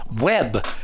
web